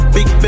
Big